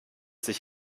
sich